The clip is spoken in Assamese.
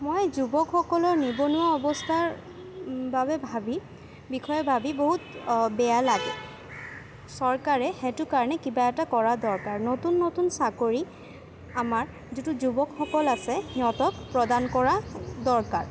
মই যুৱকসকলৰ নিবনুৱা অৱস্থাৰ বাবে ভাবি বিষয়ে ভাবি বহুত বেয়া লাগে চৰকাৰে সেইটো কাৰণে কিবা এটা কৰা দৰকাৰ নতুন নতুন চাকৰি আমাৰ যিটো যুৱকসকল আছে সিহঁতক প্ৰদান কৰা দৰকাৰ